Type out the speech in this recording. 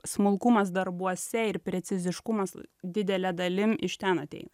smulkumas darbuose ir preciziškumas didele dalim iš ten ateina